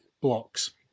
blocks